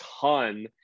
ton